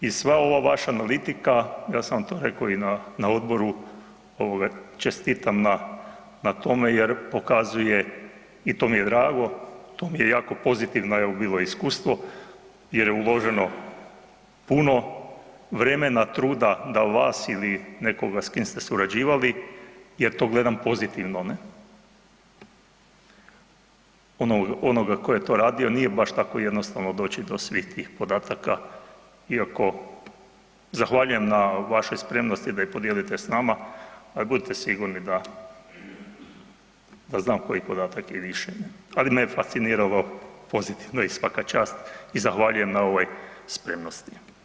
I sva ova vaša analitika, ja sam vam to rekao i na odboru, čestitam na tome jer pokazuje, i to mije drago, to mi je jako pozitivno bilo iskustvo jer je uloženo puno vremena, truda da vas ili nekoga s kim ste surađivali, jer to gledam pozitivno, ne, onoga ko je to radio, nije baš tako jednostavno doći do svih tih podataka i oko, zahvaljujem na vašoj spremnosti da je podijelite s nama a budite sigurni da znam koji podatak i više, ali me je fasciniralo pozitivno i svaka čast i zahvaljujem na ovoj spremnosti.